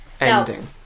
ending